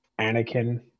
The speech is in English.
anakin